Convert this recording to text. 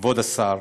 כבוד השר,